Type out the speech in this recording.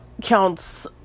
counts